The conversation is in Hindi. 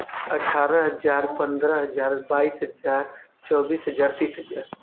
अठारह हज़ार पंद्रह हज़ार बाईस हज़ार चौबीस हज़ार तीस हज़ार